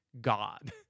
God